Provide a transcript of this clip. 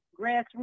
grassroots